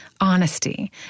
honesty